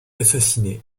assassiné